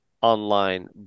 online